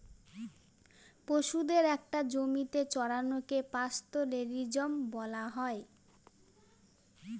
পশুদের একটা জমিতে চড়ানোকে পাস্তোরেলিজম বলা হয়